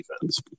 defense